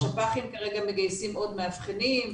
השפ"חים כרגע מגייסים עוד מאבחנים,